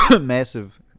massive